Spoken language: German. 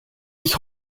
ich